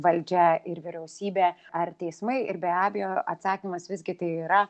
valdžia ir vyriausybė ar teismai ir be abejo atsakymas visgi tai yra